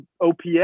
OPS